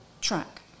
track